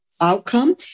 outcome